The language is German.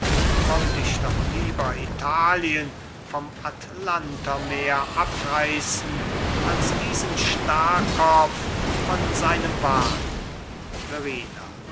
wollt ich doch lieber italien vom atlantermeer abreißen als diesen starrkopf von seinem wahn